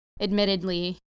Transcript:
admittedly